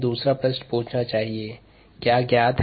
दूसरा प्रश्न पूछना चाहिए कि क्या ज्ञात है